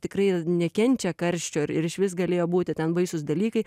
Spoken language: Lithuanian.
tikrai nekenčia karščio ir ir išvis galėjo būti ten baisūs dalykai